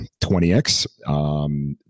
20x